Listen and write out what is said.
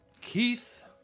Keith